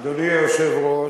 אדוני היושב-ראש,